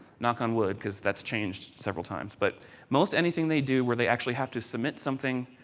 knock on wood, because that is changed several times, but most anything they do where they actually have to submit something,